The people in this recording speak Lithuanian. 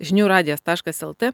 žinių radijas taškas lt